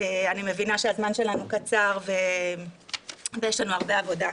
אני מבינה שהזמן שלנו קצר ויש לנו הרבה עבודה.